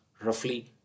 roughly